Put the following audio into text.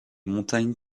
montagnes